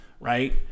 right